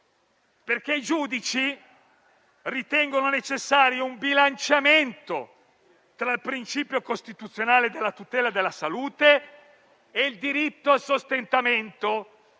perché i giudici ritengono necessario un bilanciamento tra il principio costituzionale della tutela della salute e il diritto al sostentamento.